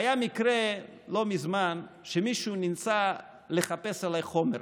היה מקרה לא מזמן שמישהו ניסה לחפש עליי חומר,